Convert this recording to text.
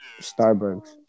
Starbucks